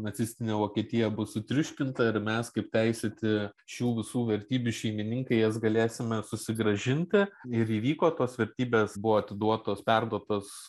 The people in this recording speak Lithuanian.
nacistinė vokietija bus sutriuškinta ir mes kaip teisėti šių visų vertybių šeimininkai jas galėsime susigrąžinti ir įvyko tos vertybės buvo atiduotos perduotos